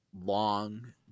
long